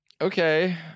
okay